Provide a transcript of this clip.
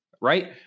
right